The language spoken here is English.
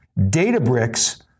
Databricks